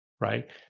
right